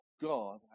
God